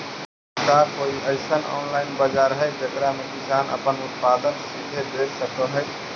का कोई अइसन ऑनलाइन बाजार हई जेकरा में किसान अपन उत्पादन सीधे बेच सक हई?